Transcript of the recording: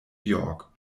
york